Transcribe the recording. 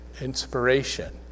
inspiration